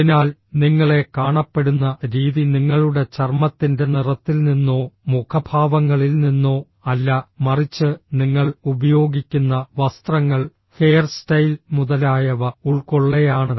അതിനാൽ നിങ്ങളെ കാണപ്പെടുന്ന രീതി നിങ്ങളുടെ ചർമ്മത്തിൻറെ നിറത്തിൽ നിന്നോ മുഖഭാവങ്ങളിൽ നിന്നോ അല്ല മറിച്ച് നിങ്ങൾ ഉപയോഗിക്കുന്ന വസ്ത്രങ്ങൾ ഹെയർസ്റ്റൈൽ മുതലായവ ഉൾകൊള്ളെയാണ്